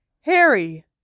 Harry